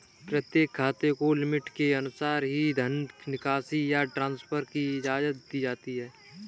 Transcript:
प्रत्येक खाते को लिमिट के अनुसार ही धन निकासी या ट्रांसफर की इजाजत दी जाती है